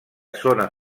zona